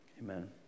amen